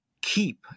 keep